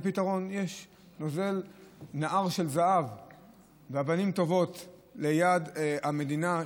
נוזל נהר של זהב ואבנים טובות ליד המדינה,